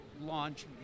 launch